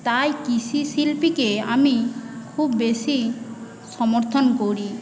তাই কৃষি শিল্পীকে আমি খুব বেশি সমর্থন করি